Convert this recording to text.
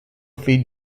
fill